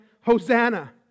Hosanna